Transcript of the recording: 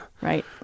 Right